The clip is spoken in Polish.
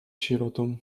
sierotą